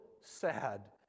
sad